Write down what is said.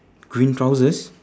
green trousers